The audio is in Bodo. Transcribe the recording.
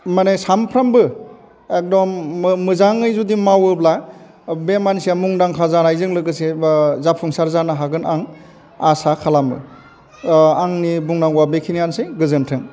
माने सामफ्रामबो एकदम मो मोजाङै जुदि मावोब्ला बे मानसिया मुंदांखा जानायजों लोगोसे जाफुंसार जानो हागोन आं आसा खालामो आंनि बुंनांगौवा बेखिनियानोसै गोजोन्थों